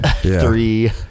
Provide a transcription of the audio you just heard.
Three